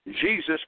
Jesus